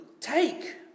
take